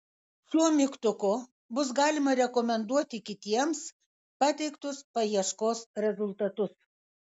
šiuo mygtuku bus galima rekomenduoti kitiems pateiktus paieškos rezultatus